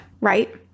Right